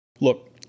Look